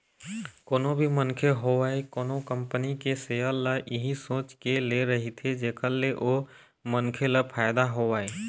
कोनो भी मनखे होवय कोनो कंपनी के सेयर ल इही सोच के ले रहिथे जेखर ले ओ मनखे ल फायदा होवय